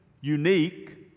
unique